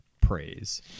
praise